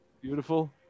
Beautiful